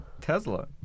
Tesla